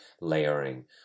layering